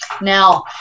Now